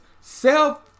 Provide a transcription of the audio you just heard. self